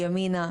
ימינה,